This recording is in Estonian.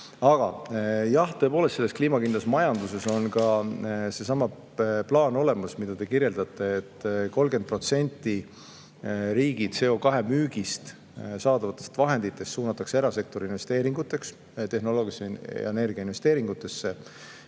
Aga, jah, tõepoolest, selles kliimakindlas majanduses on ka seesama plaan olemas, mida te kirjeldate, et 30% riigi CO2müügist saadavatest vahenditest suunatakse erasektori investeeringuteks, tehnoloogia ja energia investeeringutesse,